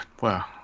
Wow